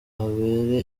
abere